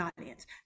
audience